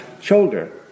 shoulder